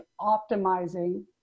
optimizing